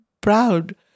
proud